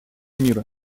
мира